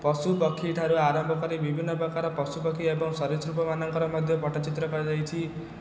ପଶୁ ପକ୍ଷୀ ଠାରୁ ଆରମ୍ଭ କରି ବିଭିନ୍ନ ପ୍ରକାର ପଶୁପକ୍ଷୀ ଏବଂ ସରୀସୃପମାନଙ୍କର ମଧ୍ୟ ପଟ୍ଟଚିତ୍ର କରାଯାଇଛି